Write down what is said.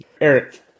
Eric